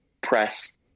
press